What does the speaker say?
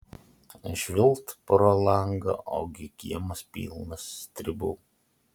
žvilgt pro langą ogi kiemas pilnas stribų